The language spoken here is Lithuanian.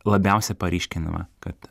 labiausiai paryškinama kad